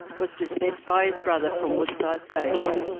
was dismissed by his brother from woodside station,